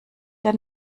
der